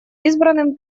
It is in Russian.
избранным